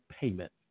payment